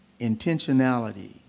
intentionality